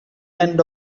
end